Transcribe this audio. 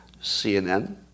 CNN